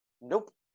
Nope